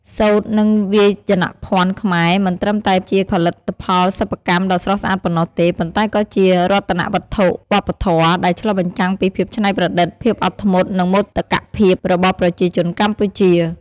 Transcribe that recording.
សូត្រ និងវាយនភ័ណ្ឌខ្មែរ មិនត្រឹមតែជាផលិតផលសិប្បកម្មដ៏ស្រស់ស្អាតប៉ុណ្ណោះទេ ប៉ុន្តែក៏ជា រតនវត្ថុវប្បធម៌ ដែលឆ្លុះបញ្ចាំងពីភាពច្នៃប្រឌិត ភាពអត់ធ្មត់ និងមោទកភាពរបស់ប្រជាជនកម្ពុជា។